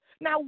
Now